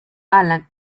alan